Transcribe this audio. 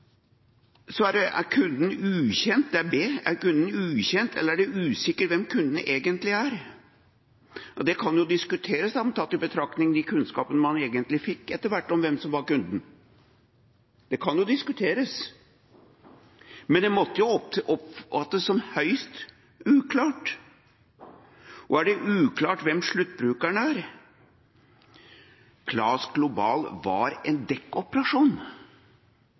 er det som er problemet. Så til B: «Er kunden ukjent eller er det usikkert hvem kunden egentlig er?» Det kan diskuteres, tatt i betraktning de kunnskapene man egentlig fikk etter hvert om hvem som var kunden. Det kan jo diskuteres, men det måtte jo oppfattes som høyst uklart. Og er det uklart hvem sluttbrukeren er? CAS Global var en dekkoperasjon.